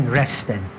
rested